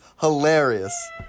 hilarious